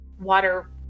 water